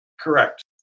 correct